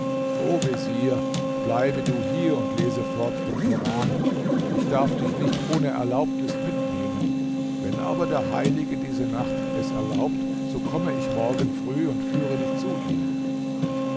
bleibe du hier und lese fort den koran ich darf dich nicht ohne erlaubnis mitnehmen wenn aber der heilige diese nacht es erlaubt so komme ich morgen früh und führe dich zu ihm